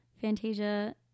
Fantasia